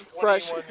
Fresh